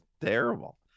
Terrible